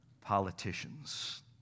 Politicians